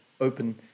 open